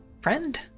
friend